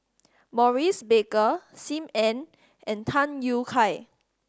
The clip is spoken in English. Maurice Baker Sim Ann and Tham Yui Kai